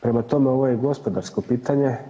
Prema tome, ovo je i gospodarsko pitanje.